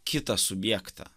kitą subjektą